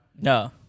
No